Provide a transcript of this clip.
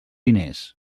diners